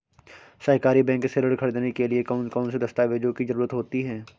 सहकारी बैंक से ऋण ख़रीदने के लिए कौन कौन से दस्तावेजों की ज़रुरत होती है?